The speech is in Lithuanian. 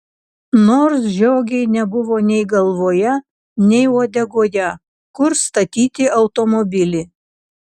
nors žiogei nebuvo nei galvoje nei uodegoje kur statyti automobilį